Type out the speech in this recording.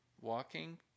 walking